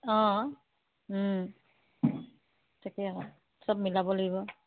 অঁ তাকেটো চব মিলাব লাগিব